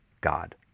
God